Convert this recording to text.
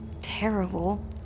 terrible